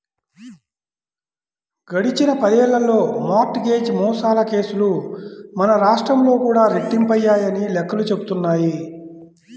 గడిచిన పదేళ్ళలో mortgage మోసాల కేసులు మన రాష్ట్రంలో కూడా రెట్టింపయ్యాయని లెక్కలు చెబుతున్నాయి